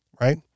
right